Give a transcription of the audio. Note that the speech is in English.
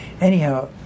Anyhow